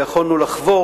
ויכולנו לחבור,